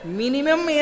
minimum